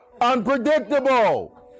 Unpredictable